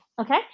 okay